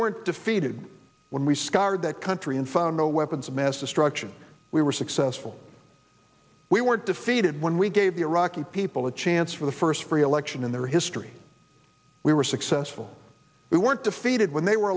weren't defeated when we scoured that country and found no weapons of mass destruction we were successful we were defeated when we gave the iraqi people a chance for the first free election in their history we were successful we weren't defeated when they were